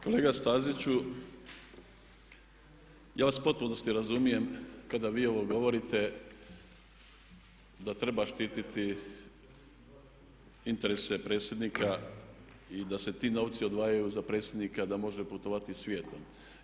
Kolega Staziću ja vas u potpunosti razumijem kada vi ovo govorite da treba štititi interese predsjednika i da se ti novci odvajaju za predsjednika da može putovati svijetom.